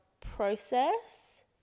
process